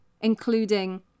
including